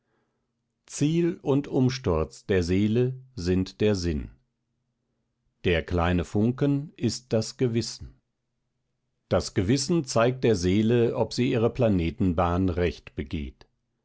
ziel und umsturz der seele sind der sinn der kleine funken ist das gewissen das gewissen zeigt der seele ob sie ihre planetenbahn recht begeht